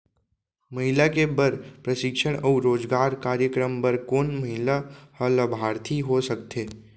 महिला के बर प्रशिक्षण अऊ रोजगार कार्यक्रम बर कोन महिला ह लाभार्थी हो सकथे?